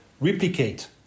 replicate